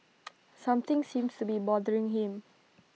something seems to be bothering him